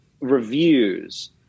reviews